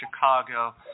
Chicago